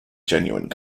genuine